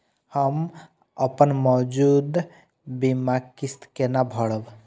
हम अपन मौजूद बीमा किस्त केना भरब?